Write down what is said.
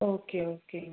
okay ஓகேங்க